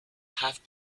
half